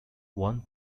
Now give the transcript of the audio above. one